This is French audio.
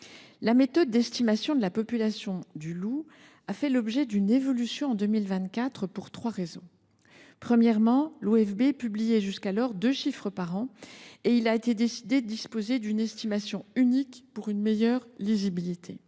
La méthode d’estimation de la population du loup a fait l’objet d’une évolution en 2024, pour trois raisons. Premièrement, l’OFB publiait jusqu’alors deux chiffres par an et il a été décidé de disposer d’une estimation unique pour une meilleure lisibilité